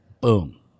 Boom